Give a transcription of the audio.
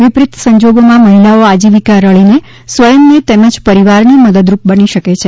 વિપરીત સંજોગોમાં મહિલાઓ આજીવકા રળીને સ્વયંને તેમજ પરિવારને મદદરૂપ બની શકે છે